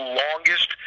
longest